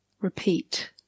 repeat